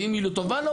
ואם היא לא טובה לו,